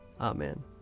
Amen